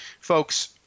Folks